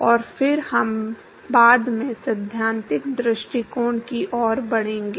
और फिर हम बाद में सैद्धांतिक दृष्टिकोण की ओर बढ़ेंगे